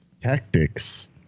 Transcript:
tactics